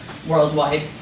Worldwide